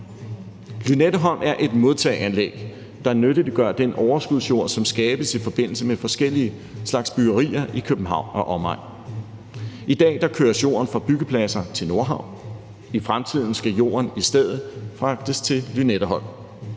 Lynetteholm er et modtageanlæg, der nyttiggør den overskudsjord, som skabes i forbindelse med forskellige slags byggerier i København og omegn. I dag køres jorden fra byggepladser til Nordhavn. I fremtiden skal jorden i stedet fragtes til Lynetteholm.